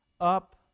up